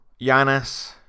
Giannis